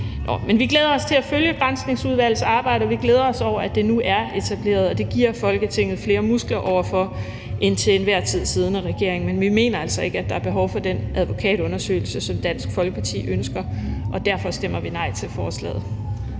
men vi glæder os til at følge Granskningsudvalgets arbejde, og vi glæder os over, at det nu er etableret. Og det giver Folketinget flere muskler over for den til enhver tid siddende regering. Men vi mener altså ikke, at der er behov for den advokatundersøgelse, som Dansk Folkeparti ønsker, og derfor stemmer vi nej til forslaget.